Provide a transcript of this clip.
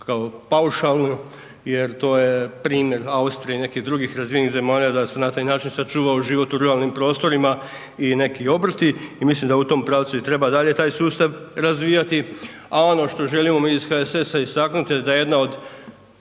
kao paušalno, jer to je primjer Austrije i nekih drugih razvijenih zemalja da se na taj način sačuva život u ruralnim prostorima i neki obrti i mislim da u tom pravcu i treba dalje taj sustav razvijati, a ono što želimo mi iz HSS-a istaknuti da jedna od